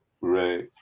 Right